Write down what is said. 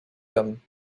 them